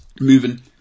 moving